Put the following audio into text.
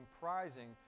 comprising